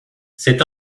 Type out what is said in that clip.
c’est